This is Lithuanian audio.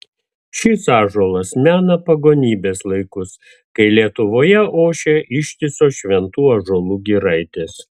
šis ąžuolas mena pagonybės laikus kai lietuvoje ošė ištisos šventų ąžuolų giraitės